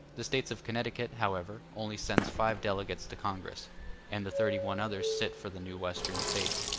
the states of connecticut, however, only sends five delegates to congress and the thirty-one others sit for the new western states.